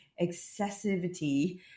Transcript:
excessivity